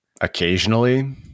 Occasionally